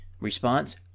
Response